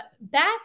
back